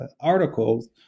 articles